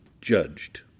judged